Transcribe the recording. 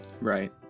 Right